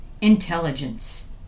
intelligence